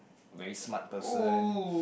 very smart person